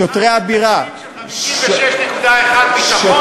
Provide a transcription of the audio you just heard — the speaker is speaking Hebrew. שוטרי הבירה מה עם תקציב של 56.1 ביטחון,